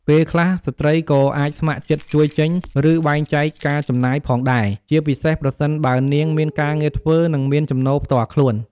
ពេលខ្លះ ស្ត្រីក៏អាចស្ម័គ្រចិត្តជួយចេញ ឬបែងចែកការចំណាយផងដែរ ជាពិសេសប្រសិនបើនាងមានការងារធ្វើ ឬមានចំណូលផ្ទាល់ខ្លួន។